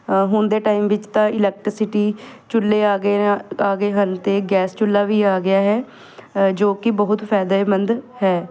ਹੁਣ ਦੇ ਟਾਈਮ ਵਿੱਚ ਤਾਂ ਇਲੈਕਟਸਿਟੀ ਚੁੱਲੇ ਆ ਗਏ ਆ ਗਏ ਹਨ ਅਤੇ ਗੈਸ ਚੁੱਲਾ ਵੀ ਆ ਗਿਆ ਹੈ ਜੋ ਕਿ ਬਹੁਤ ਫ਼ਾਇਦੇਮੰਦ ਹੈ